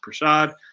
prasad